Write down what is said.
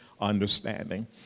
understanding